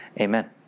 Amen